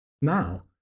Now